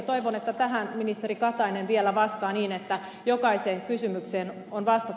toivon että tähän ministeri katainen vielä vastaa niin että jokaiseen kysymykseen on vastattu